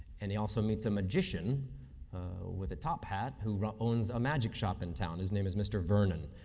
and he also meets a magician with a top hat who owns a magic shop in town. his name is mr. vernon,